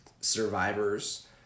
survivors